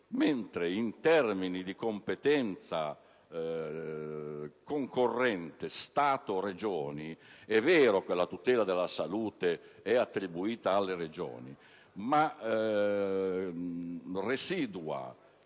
mentre, in termini di competenza concorrente Stato-Regioni, è vero che la tutela della salute è attribuita alle Regioni, ma residua